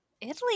Italy